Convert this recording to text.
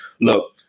look